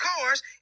cars